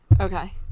Okay